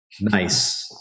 nice